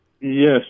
Yes